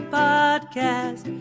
podcast